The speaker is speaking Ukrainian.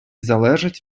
залежить